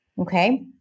Okay